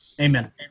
Amen